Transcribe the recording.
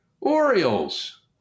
Orioles